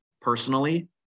personally